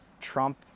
Trump